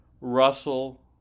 Russell